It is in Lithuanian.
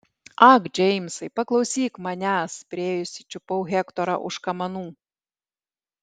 ak džeimsai paklausyk manęs priėjusi čiupau hektorą už kamanų